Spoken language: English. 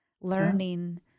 learning